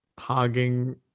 hogging